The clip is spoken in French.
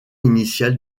initial